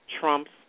trumps